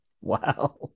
Wow